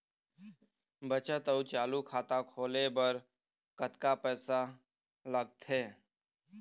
बचत अऊ चालू खाता खोले बर कतका पैसा लगथे?